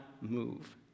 move